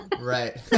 right